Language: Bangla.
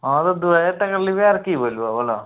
হ্যাঁ তো দু হাজার টাকা নেবে আর কি বলবো বলো